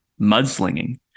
mudslinging